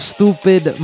Stupid